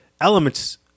elements